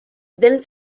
then